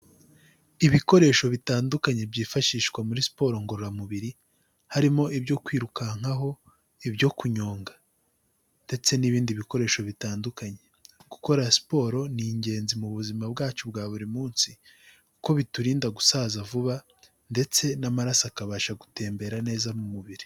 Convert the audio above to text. Ibikoresho bitandukanye, byifashishwa muri siporo ngororamubiri, harimo ibyo kwirukankaho, ibyo kunyonga ndetse n'ibindi bikoresho bitandukanye, gukora siporo ni ingenzi mu buzima bwacu bwa buri munsi, kuko biturinda gusaza vuba ndetse n'amaraso akabasha gutembera neza mu mubiri.